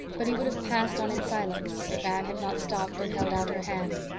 but he would have passed on in silence, if anne had not stopped and held out her hand.